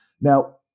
Now